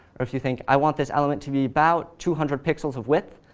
or if you think, i want this element to be about two hundred pixels of width,